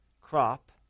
crop